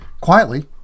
Quietly